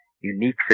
unique